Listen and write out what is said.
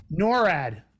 NORAD